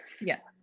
Yes